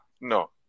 no